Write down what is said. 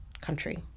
country